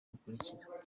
bukurikira